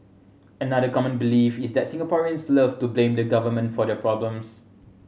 another common belief is that Singaporeans love to blame the Government for their problems